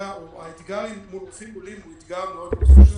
האתגר מול רופאים עולים הוא אתגר מאוד חשוב,